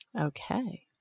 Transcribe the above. Okay